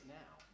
now